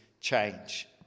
change